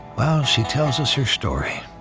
well, she tells us her story.